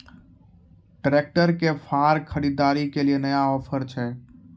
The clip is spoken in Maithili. ट्रैक्टर के फार खरीदारी के लिए नया ऑफर छ?